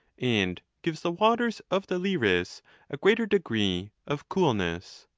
and gives the waters of the liris a greater degree of coolness.